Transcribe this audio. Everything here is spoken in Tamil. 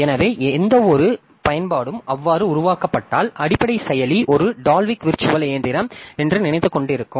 எனவே எந்தவொரு பயன்பாடும் அவ்வாறு உருவாக்கப்பட்டால் அடிப்படை செயலி ஒரு டால்விக் விர்ச்சுவல் இயந்திரம் என்று நினைத்துக்கொண்டிருக்கும்